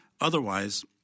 Otherwise